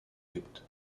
gibt